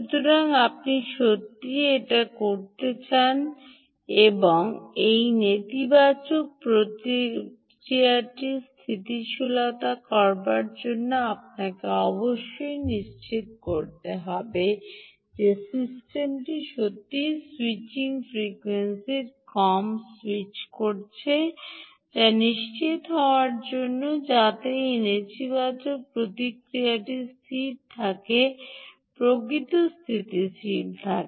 সুতরাং সত্যিই আপনি এটি করতে চান না এবং এই নেতিবাচক প্রতিক্রিয়াটি স্থিতিশীল হওয়ার জন্য আপনাকে অবশ্যই নিশ্চিত করতে হবে যে সিস্টেমটি সত্যই স্যুইচিং ফ্রিকোয়েন্সিটি কম স্যুইচ করছে যা নিশ্চিত হওয়ার জন্য যাতে এই নেতিবাচক প্রতিক্রিয়াটি স্থির থাকে প্রকৃত স্থিতিশীল থাকে